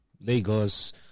Lagos